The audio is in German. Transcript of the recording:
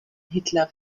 hitler